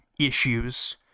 issues